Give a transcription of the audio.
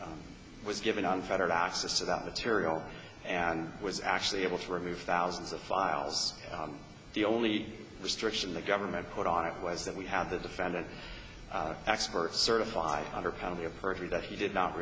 gave was given unfettered access to that material and was actually able to remove thousands of files the only restriction the government put on it was that we have the defendant expert certified under penalty of perjury that he did not